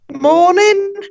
morning